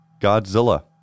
Godzilla